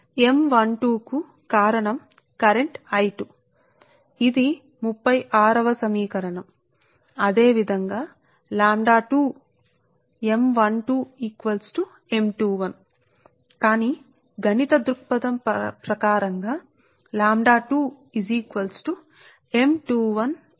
కాబట్టి M12I2 ఇది సమీకరణం 36 అదేవిధంగా λ2 కొరకు M21 I1 ను M12 M21 కి సమానం కాని మనకు గణిత దృక్పథం నుండి M21I1 L 22I2 అని వ్రాస్తాం సరేఇది సమీకరణం 37